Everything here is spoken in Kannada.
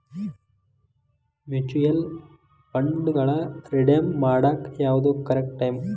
ಮ್ಯೂಚುಯಲ್ ಫಂಡ್ಗಳನ್ನ ರೆಡೇಮ್ ಮಾಡಾಕ ಯಾವ್ದು ಕರೆಕ್ಟ್ ಟೈಮ್